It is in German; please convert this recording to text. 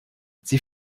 sie